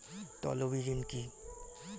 তলবি ঋণ কি?